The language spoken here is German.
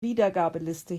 wiedergabeliste